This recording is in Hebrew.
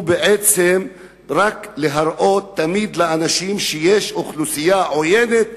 זה בעצם כדי להראות לאנשים שיש אוכלוסייה עוינת,